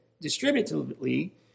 distributively